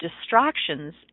distractions